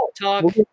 talk